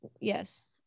Yes